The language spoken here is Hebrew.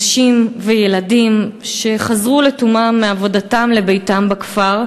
נשים וילדים שחזרו לתומם מעבודתם לביתם בכפר.